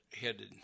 headed